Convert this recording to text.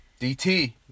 DT